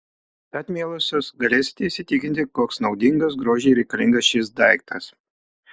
tad mielosios galėsite įsitikinti koks naudingas grožiui reikalingas šis daiktas